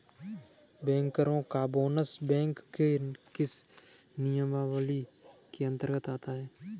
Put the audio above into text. बैंकरों का bonus bank के किस नियमावली के अंतर्गत आता है?